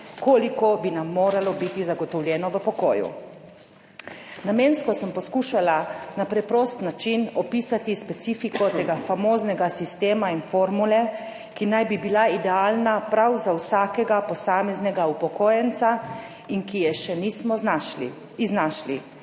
koliko bi nam moralo biti zagotovljeno v pokoju. Namensko sem poskušala na preprost način opisati specifiko tega famoznega sistema in formule, ki naj bi bila idealna prav za vsakega posameznega upokojenca in ki je še nismo znašli,